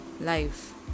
life